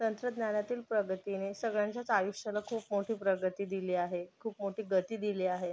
तंत्रज्ञानातील प्रगतीने सगळ्यांच्याच आयुष्याला खूप मोठी प्रगती दिली आहे खूप मोठी गती दिली आहे